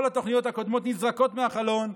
כל התוכניות הקודמות נזרקות מהחלון.